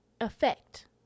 effect